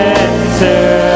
enter